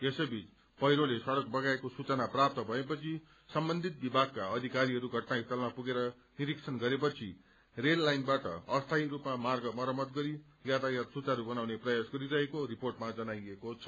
यसै बीच पहिरोले सड़क बगाएको सूचना प्राप्त भए पछि सम्बन्धित विभागका अधिकारीहरू घटनास्थलमा पुगेर निरीक्षण गरेपछि रेल लाइनबाट अस्थायी स्रपमा मार्ग मरम्मत गरी यातायात सुचारू बनाउने प्रयास गरिरहेको रिपोर्टमा जनाइएको छ